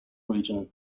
region